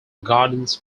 gardens